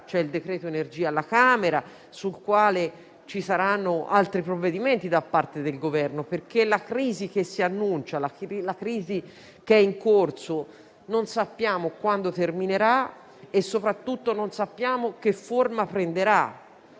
il decreto energia alla Camera e sul quale ci saranno altri provvedimenti da parte del Governo, perché la crisi che si annuncia ed è in corso non sappiamo quando terminerà e soprattutto che forma prenderà.